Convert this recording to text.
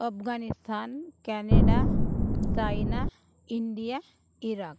Afghanistan Canada China India Iraq